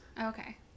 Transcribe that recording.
okay